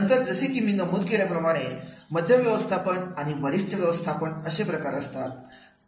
नंतर जसे की मी नमूद केल्याप्रमाणे मध्यम व्यवस्थापन आणि वरिष्ठ व्यवस्थापन असे प्रकार असतात